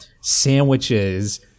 sandwiches